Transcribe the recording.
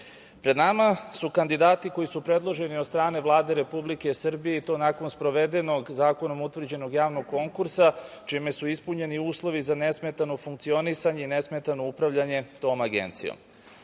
nam su kandidati koji su predloženi od strane Vlade Republike Srbije i to nakon sprovedenog, zakonom utvrđenog javnog konkursa, čime su ispunjeni uslovi za nesmetano funkcionisanje i nesmetano upravljanje tom Agencijom. Čitanjem